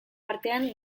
artean